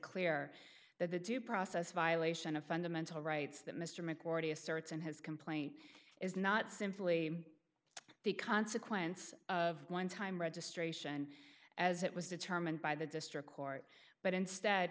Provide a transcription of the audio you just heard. clear that the due process violation of fundamental rights that mr mccourty asserts in his complaint is not simply the consequence of one time registration as it was determined by the district court but instead